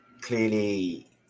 clearly